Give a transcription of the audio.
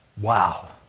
Wow